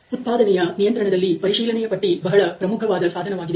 ಉತ್ಪಾದನೆಯ ನಿಯಂತ್ರಣದಲ್ಲಿ ಪರಿಶೀಲನೆಯ ಪಟ್ಟಿ ಬಹಳ ಪ್ರಮುಖವಾದ ಸಾಧನವಾಗಿದೆ